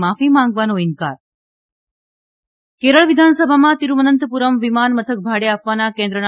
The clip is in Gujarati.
માફી માંગવાનો ઇનકાર કેરળ વિધાનસભામાં તિરુવનંતપુરમ વિમાનમથક ભાડે આપવાના કેન્દ્રના